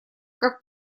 как